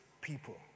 people